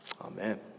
Amen